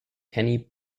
kenny